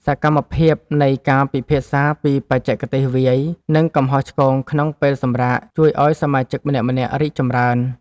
សកម្មភាពនៃការពិភាក្សាពីបច្ចេកទេសវាយ និងកំហុសឆ្គងក្នុងពេលសម្រាក ជួយឱ្យសមាជិកម្នាក់ៗរីកចម្រើន។